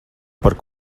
par